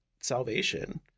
salvation